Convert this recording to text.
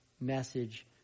message